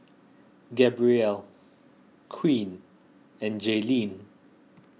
Gabrielle Queen and Jayleen